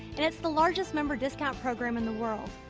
and it's the largest member discount program in the world.